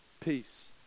peace